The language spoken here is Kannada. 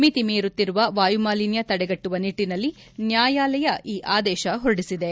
ಮಿತಿ ಮೀರುತ್ತಿರುವ ವಾಯುಮಾಲಿನ್ಯ ತಡೆಗಟ್ಟುವ ನಿಟ್ಟಿನಲ್ಲಿ ನ್ಯಾಯಾಲಯ ಈ ಆದೇಶ ಹೊರಡಿಸಿದೆ